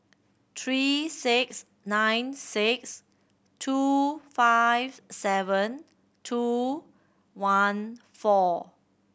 three six nine six two five seven two one four